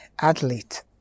athlete